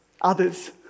others